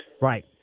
Right